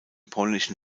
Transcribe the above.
polnischen